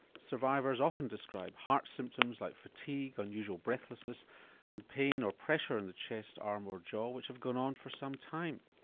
survivors often describe heart symptoms like fatigue, unusual breathlessness and pain or pressure in the chest, arm or jaw which have gone on for some time.